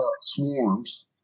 swarms